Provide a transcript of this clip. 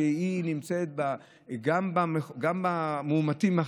גם המאומתים,